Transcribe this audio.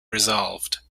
resolved